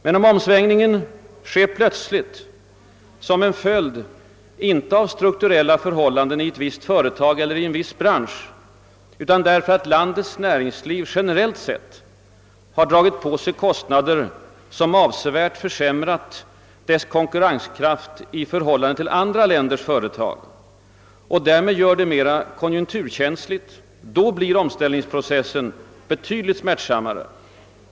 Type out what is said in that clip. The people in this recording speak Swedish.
Men om omsvängningen sker plötsligt, inte som en följd av strukturella förhållanden i ett visst företag eller i en viss bransch utan därför att landets näringsliv generellt sett har dragit på sig kostnader som avsevärt försämrar dess konkurrenskraft i förhållande till andra länders företag och därmed gör det mer konjunkturkänsligt, då blir omställningsprocessen betydligt smärtsamma re.